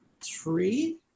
three